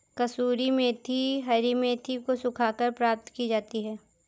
कसूरी मेथी हरी मेथी को सुखाकर प्राप्त की जाती है